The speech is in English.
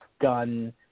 gun